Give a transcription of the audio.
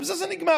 ובזה זה נגמר.